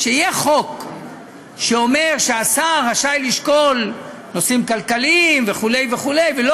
שיהיה חוק שאומר שהשר רשאי לשקול נושאים כלכליים וכו' וכו' ולא